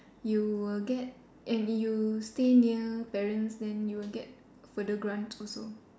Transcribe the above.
you will get and you stay near parents then you will get further grant also